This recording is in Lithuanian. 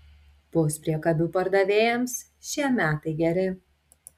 puspriekabių pardavėjams šie metai geri